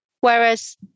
Whereas